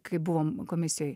kai buvom komisijoj